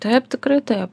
taip tikrai taip